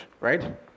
right